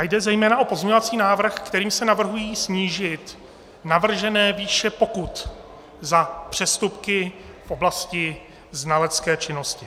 Jde zejména o pozměňovací návrh, kterým se navrhují snížit navržené výše pokut za přestupky v oblasti znalecké činnosti.